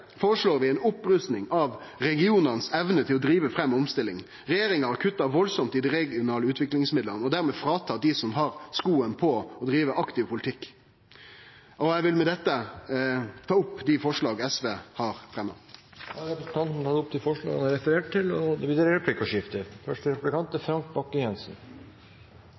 vi ei opprusting av regionane si evne til å drive fram omstilling. Regjeringa har kutta veldig i dei regionale utviklingsmidlane og dermed fråtatt dei som har skoen på, å drive aktiv politikk. Eg vil med dette ta opp dei forslaga SV har fremja. Representanten Knag Fylkesnes har tatt opp de forslagene han refererte til. Det blir replikkordskifte.